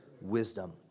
wisdom